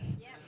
Yes